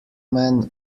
men